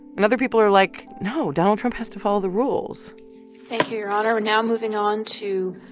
and other people are like, no, donald trump has to follow the rules thank you, your honor. we're now moving on to.